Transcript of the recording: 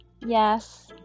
yes